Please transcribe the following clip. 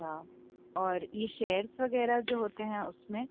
اچھا اور یہ شیئرس وغیرہ جو ہوتے ہیں اس میں